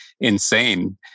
insane